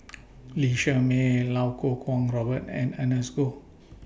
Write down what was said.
Lee Shermay Iau Kuo Kwong Robert and Ernest Goh